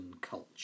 culture